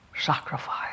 sacrifice